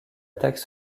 attaque